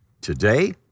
today